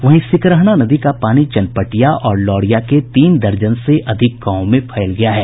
वहीं सिकरहना नदी का पानी चनपटिया और लौरिया के तीन दर्जन से अधिक गांवों में फैल गया है